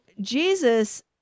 Jesus